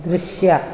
ದೃಶ್ಯ